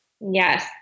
Yes